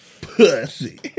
Pussy